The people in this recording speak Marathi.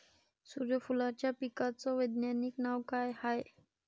सुर्यफूलाच्या पिकाचं वैज्ञानिक नाव काय हाये?